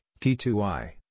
T2I